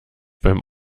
beim